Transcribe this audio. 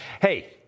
Hey